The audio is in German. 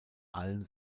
allen